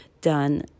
done